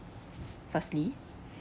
firstly